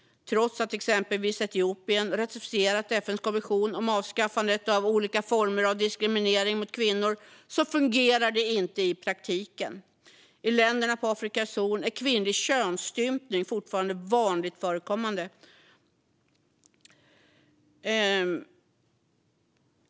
Trots att exempelvis Etiopien ratificerat FN:s konvention om avskaffande av alla former av diskriminering av kvinnor fungerar det inte i praktiken. I länderna på Afrikas horn är kvinnlig könsstympning fortfarande vanligt förekommande.